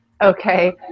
Okay